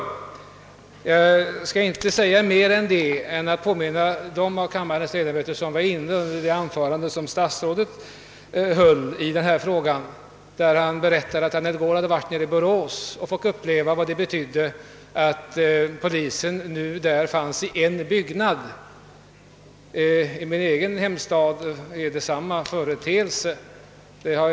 Jag skall inte säga mer om detta; jag vill bara påminna om det anförande som justitieministern höll i denna fråga och där han berättade att han i går hade i Borås fått uppleva vad det betydde att polisen där nu finns samlad i en byggnad. I min egen hemstad Göteborg är förhållandet detsamma.